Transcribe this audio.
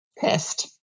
pissed